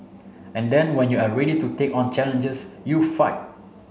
and then when you're ready to take on challenges you fight